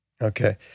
Okay